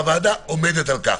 והוועדה עומדת על כך.